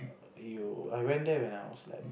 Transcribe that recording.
err you I went there when I was like